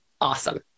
awesome